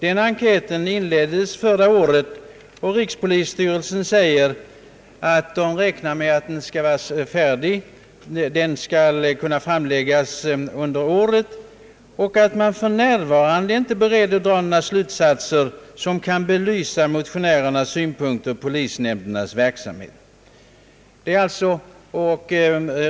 Enkäten inleddes förra året, och rikspolisstyrelsen säger att man räknar med att resultatet skall kunna framläggas under året och att man för närvarande inte är beredd att dra några slutsatser som kan belysa motionärernas synpunkter på polisnämndernas verksamhet.